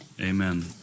Amen